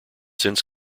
since